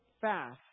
fast